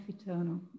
eternal